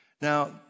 Now